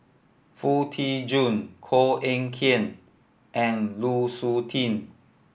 Foo Tee Jun Koh Eng Kian and Lu Suitin